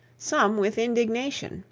some with indignation,